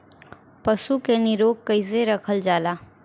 पशु के निरोग कईसे रखल जाला?